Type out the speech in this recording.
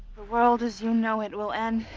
the world as you know it will end.